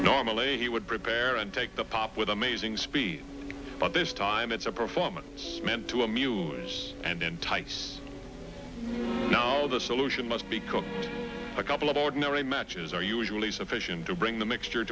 normally he would prepare and take the pop with amazing speed but this time it's a performance meant to amuse and entice now the solution must be cooked a couple of ordinary matches are usually sufficient to bring the mixture